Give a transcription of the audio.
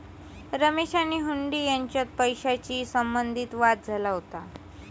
रमेश आणि हुंडी यांच्यात पैशाशी संबंधित वाद झाला होता